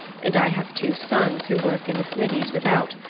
and i have two sons who work in the smithies without.